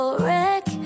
wreck